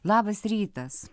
labas rytas